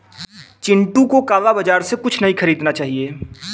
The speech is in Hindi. चिंटू को काला बाजार से कुछ नहीं खरीदना चाहिए